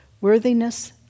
Worthiness